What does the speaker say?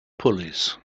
pulleys